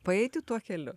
paeiti tuo keliu